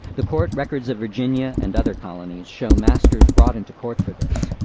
the court records of virginia and other colonies show masters brought into court for this,